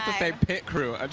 say pit crew.